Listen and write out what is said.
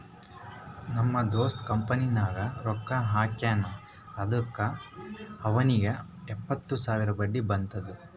ನಮ್ ದೋಸ್ತ ಕಂಪನಿನಾಗ್ ರೊಕ್ಕಾ ಹಾಕ್ಯಾನ್ ಅದುಕ್ಕ ಅವ್ನಿಗ್ ಎಪ್ಪತ್ತು ಸಾವಿರ ಬಡ್ಡಿ ಬಂದುದ್